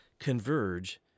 Converge